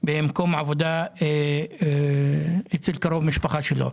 במקום עבודה אצל קרוב משפחה שלו.